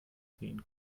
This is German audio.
sehen